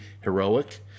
heroic